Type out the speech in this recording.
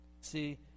See